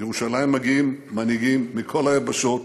לירושלים מגיעים מנהיגים מכל היבשות,